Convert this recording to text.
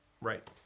right